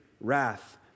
wrath